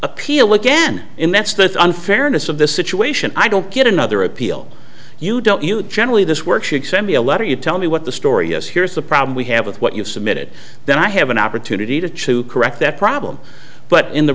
appeal again in that state's unfairness of the situation i don't get another appeal you don't generally this work should send me a letter you tell me what the story yes here's the problem we have with what you've submitted then i have an opportunity to chew correct that problem but in the